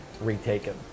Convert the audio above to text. retaken